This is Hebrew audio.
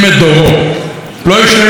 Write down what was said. לא איש רעים להתרועע, בכלל.